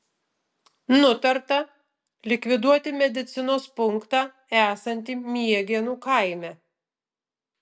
nutarta likviduoti medicinos punktą esantį miegėnų kaime